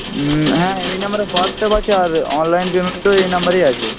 হ্যাঁ এই নাম্বারে হোয়াটসঅ্যাপ আছে আর অনলাইন পেমেন্টও এই নাম্বারেই আছে